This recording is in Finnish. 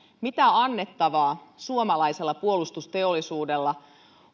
mitä annettavaa suomalaisella puolustusteollisuudella